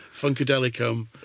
Funkadelicum